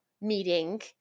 meeting